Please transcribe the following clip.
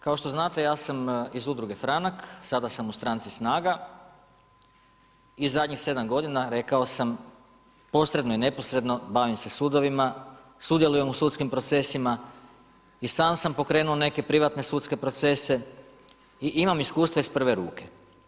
Kao što znate, ja sam iz udruge Franak, sada sam u stranici SNAGA i zadnjih 7 godina, rekao sam, posredno i neposredno bavim se sudovima, sudjelujem u sudskim procesima i sam sam pokrenuo neke privatne sudske procese i imam iskustva iz prve ruke.